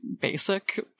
basic